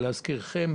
להזכירכם,